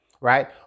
right